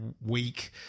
week